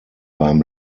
beim